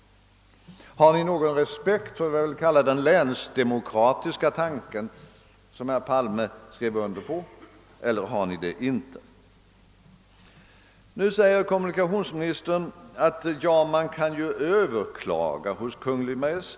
Har ni någon respekt för vad jag vill kalla den länsdemokratiska tanken, som herr Palme skrev under, eller har ni det inte? Nu säger kommunikationsministern att man ju kan överklaga hos Kungl Maj:t.